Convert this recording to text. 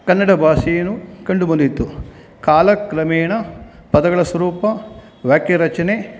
ಕನ್ನಡ ಭಾಷೆಯು ಕಂಡು ಬಂದಿತ್ತು ಕಾಲ ಕ್ರಮೇಣ ಪದಗಳ ಸ್ವರೂಪ ವಾಕ್ಯ ರಚನೆ